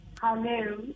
Hello